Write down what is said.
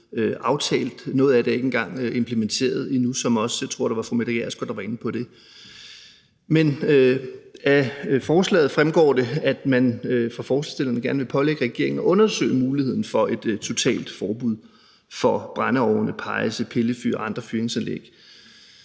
Noget af det er ikke engang implementeret endnu, som også fru Mette Gjerskov, jeg tror det var, var inde på. Af forslaget fremgår det, at man fra forslagsstillernes side gerne vil pålægge regeringen at undersøge muligheden for et totalt forbud mod brændeovne, pejse, pillefyr og andre fyringsanlæg.